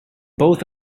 both